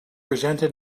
resented